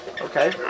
Okay